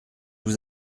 vous